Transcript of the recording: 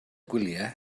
gwyliau